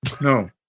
No